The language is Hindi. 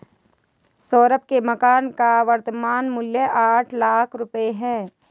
सौरभ के मकान का वर्तमान मूल्य आठ लाख रुपये है